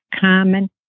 common